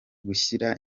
gushyira